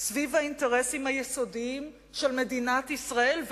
סביב האינטרסים היסודיים של מדינת ישראל,